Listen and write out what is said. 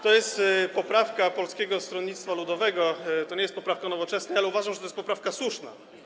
To jest poprawka Polskiego Stronnictwa Ludowego, to nie jest poprawka Nowoczesnej, ale uważam, że to jest poprawka słuszna.